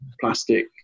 plastic